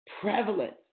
prevalent